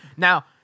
Now